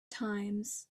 times